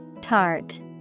Tart